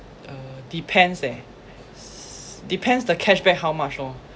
uh depends eh s~ depends the cashback how much lor